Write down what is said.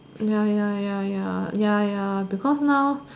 ya ya ya ya ya ya because now